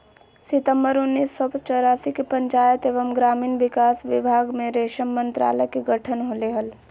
सितंबर उन्नीस सो चौरासी के पंचायत एवम ग्रामीण विकास विभाग मे रेशम मंत्रालय के गठन होले हल,